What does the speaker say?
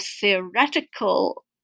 theoretical